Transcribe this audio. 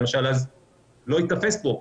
לא ייתפס פה.